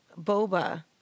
Boba